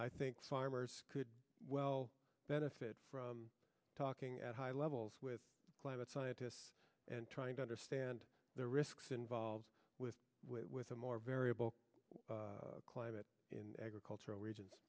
i think farmers could well benefit from talking at high levels with climate scientists and trying to understand the risks involved with with a more variable climate in agricultural reg